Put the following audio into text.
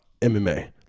MMA